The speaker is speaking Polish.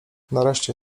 nareszcie